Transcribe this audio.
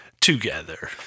together